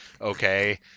Okay